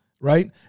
Right